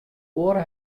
oare